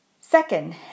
Second